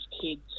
kids